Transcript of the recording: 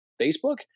Facebook